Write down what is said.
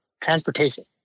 transportation